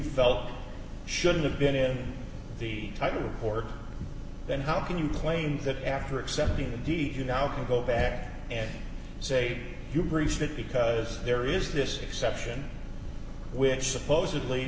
felt shouldn't have been in the title court then how can you claim that after accepting the deed you now can go back and say you breached it because there is this exception which supposedly